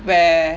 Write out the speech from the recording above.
where